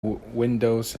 windows